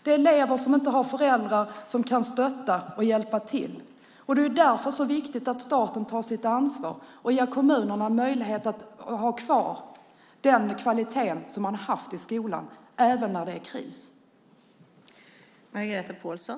Det var elever som inte hade föräldrar som kunde stötta och hjälpa till, och det är därför som det är så viktigt att staten tar sitt ansvar och ger kommunerna möjlighet att även när det är kris ha kvar den kvalitet som man haft i skolan.